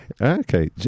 okay